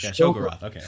Okay